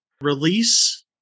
release